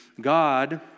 God